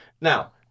Now